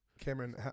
Cameron